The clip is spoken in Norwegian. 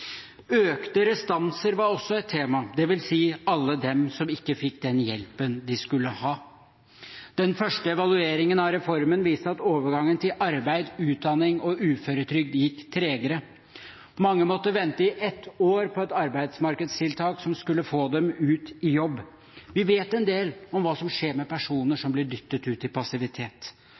Økte restanser var også et tema, dvs. alle dem som ikke fikk den hjelpen de skulle ha. Den første evalueringen av reformen viste at overgangen til arbeid, utdanning og uføretrygd gikk tregere. Mange måtte vente i ett år på et arbeidsmarkedstiltak som skulle få dem ut i jobb. Vi vet en del om hva som skjer med personer